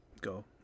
Go